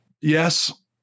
yes